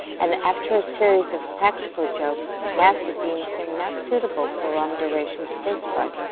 and after a series of practical jokes, nasa deemed him not suitable for a long duration space flight.